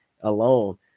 alone